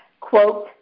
quote